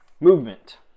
movement